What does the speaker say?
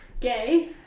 Gay